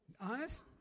honest